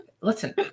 Listen